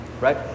right